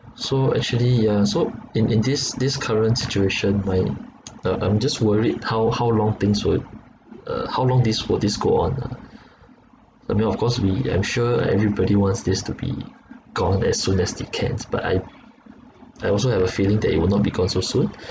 so actually yeah so in in this this current situation my uh I'm just worried how how long things would uh how long this will this go on lah I mean of course we I'm sure everybody wants this to be gone as soon as they cans but I I also have a feeling that it will not be gone so soon